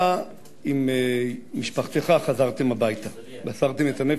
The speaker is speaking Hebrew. אתה עם משפחתך חזרתם הביתה, מסרתם את הנפש,